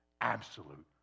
absolute